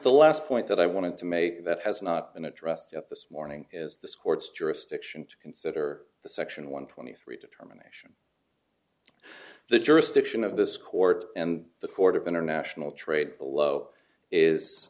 the last point that i wanted to make that has not been addressed at this morning is this court's jurisdiction to consider the section one twenty three determination the jurisdiction of this court and the court of international trade below is